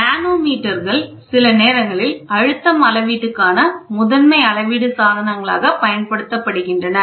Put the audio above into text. மனோமீட்டர்கள் சில நேரங்களில் அழுத்தம் அளவீட்டுக்கான முதன்மை அளவிடும் சாதனங்களாக பயன்படுத்தப்படுகின்றன